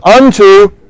unto